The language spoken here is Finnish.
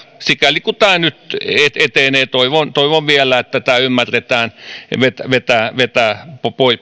sikäli kuin tämä nyt etenee sillä toivon vielä että tämä ymmärretään vetää vetää